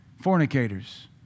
fornicators